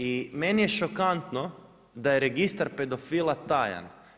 I meni je šokantno da je registar pedofila tajan.